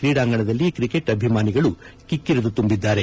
ಕ್ರೀಡಾಂಗಣದಲ್ಲಿ ಕ್ರಿಕೆಟ್ ಅಭಿಮಾನಿಗಳು ಕಿಕ್ಕಿರಿದು ತುಂಬಿದ್ದಾರೆ